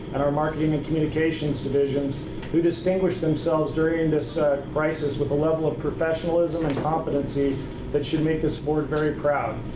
and our marketing and communications divisions who distinguished themselves during this crisis with a level of professionalism and competency that should make this board very proud.